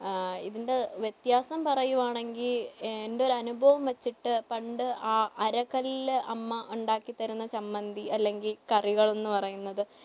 ഇതിൻ്റെ വ്യത്യാസം പറയുകയാണെങ്കിൽ എൻ്റെ ഒരനുഭവം വെച്ചിട്ട് പണ്ട് ആ അരക്കല്ല് അമ്മ ഉണ്ടാക്കിത്തരുന്ന ചമ്മന്തി അല്ലെങ്കിൽ കറികളെന്നു പറയുന്നത്